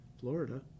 Florida